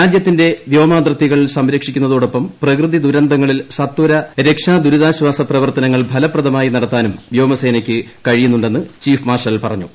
രാജ്യത്തിന്റെ വ്യോമാതിർത്തികൾ സംരക്ഷിക്കുന്നതോടൊപ്പം പ്രകൃതി ദുരന്തങ്ങളിൽ സത്വര രക്ഷാദൂരിതാശ്വാസ പ്രവർത്തനങ്ങൾ ഫലപ്രദമായി നടത്താനും വ്യോമസേനയ്ക്ക് കഴിയുന്നുണ്ടെന്ന് ചീഫ് മാർഷൽ പറഞ്ഞു